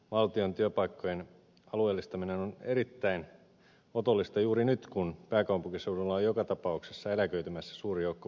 valtion työpaikkojen alueellistaminen on erittäin otollista juuri nyt kun pääkaupunkiseudulla on joka tapauksessa eläköitymässä suuri joukko valtion työntekijöitä